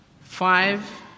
Five